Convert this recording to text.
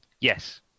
Yes